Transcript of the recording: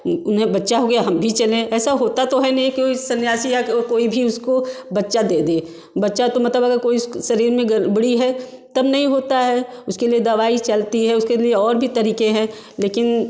उन्हे बच्चा हो गया हम भी चलें ऐसा होता तो है नहीं कि वो सन्यासी या कोई भी उसको बच्चा दे दे बच्चा तो मतलब अगर कोई उसके शरीर में गड़बड़ी है तब नहीं होता है उसके लिए दवाई चलती है उसके लिए और भी तरीक़े हैं लेकिन